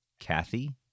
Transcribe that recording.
Kathy